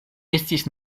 estis